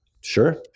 Sure